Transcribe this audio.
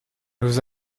nos